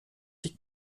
die